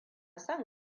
son